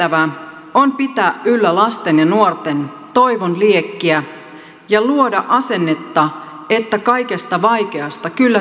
perheiden tehtävä on pitää yllä lasten ja nuorten toivon liekkiä ja luoda asennetta että kaikesta vaikeasta kyllä selvitään